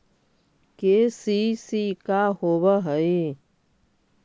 KCC का होव हइ?